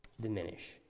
diminish